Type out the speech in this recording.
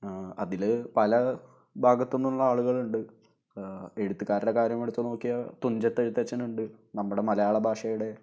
അതിൽ പല ഭാഗത്തു നിന്നുള്ള ആളുകളുണ്ട് എഴുത്തുകാരുടെ കാര്യം എടുത്തു നോക്കിയാൽ തുഞ്ചത്ത് എഴുത്തച്ചനുണ്ട് നമ്മുടെ മലയാള ഭാഷയുടെ